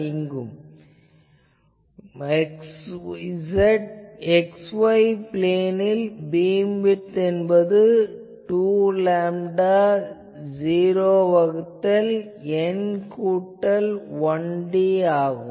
இங்கு x y பிளேனில் beamwidth என்பது 2 லேம்டா 0 வகுத்தல் N கூட்டல் 1 d ஆகும்